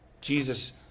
Jesus